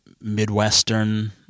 Midwestern